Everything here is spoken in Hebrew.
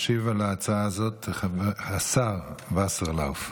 ישיב על ההצעה הזו השר וסרלאוף.